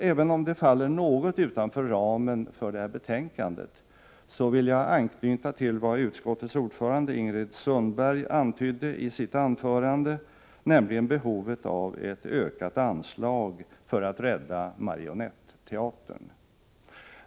Även om det faller något utanför ramen för detta betänkande vill jag anknyta till vad utskottets ordförande Ingrid Sundberg antydde i sitt anförande, nämligen behovet av ett ökat anslag för att rädda Marionetteatern.